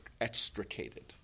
extricated